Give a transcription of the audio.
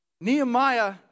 Nehemiah